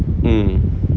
mm